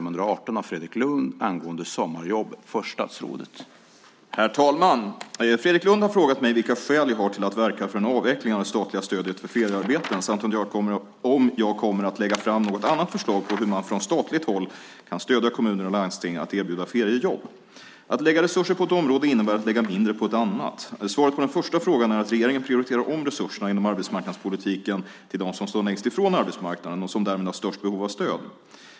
Herr talman! Fredrik Lundh har frågat mig vilka skäl jag har till att verka för en avveckling av det statliga stödet för feriearbeten samt om jag kommer att lägga fram något annat förslag på hur man från statligt håll kan stödja kommuner och landsting att erbjuda feriejobb. Att lägga resurser på ett område innebär att lägga mindre på ett annat. Svaret på den första frågan är att regeringen prioriterar om resurserna inom arbetsmarknadspolitiken till dem som står längst från arbetsmarknaden och som därmed har störst behov av stöd.